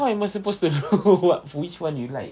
how am I supposed to know what which [one] you like